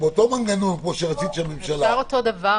באותו מנגנון כמו שרצית שהממשלה- - אפשר אותו דבר,